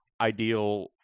ideal